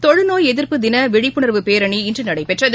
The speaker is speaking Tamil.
தொழுநோய் எதிர்ப்பு தினவிழிப்புணர்வு பேரணி இன்றுநடைபெற்றது